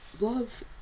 love